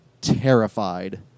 Terrified